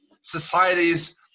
societies